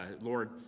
Lord